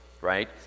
right